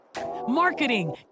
marketing